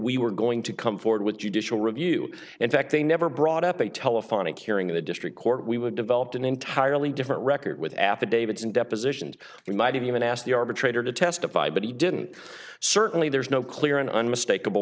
we were going to come forward with judicial review in fact they never brought up a telephonic hearing in the district court we would develop an entirely different record with affidavits and depositions we might have even asked the arbitrator to testify but he didn't certainly there's no clear and unmistak